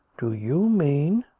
do you mean?